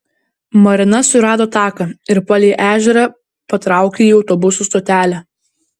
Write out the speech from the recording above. marina surado taką ir palei ežerą patraukė į autobusų stotelę